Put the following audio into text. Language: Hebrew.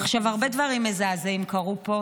הרבה דברים מזעזעים קרו פה.